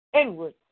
inward